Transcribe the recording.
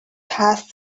passed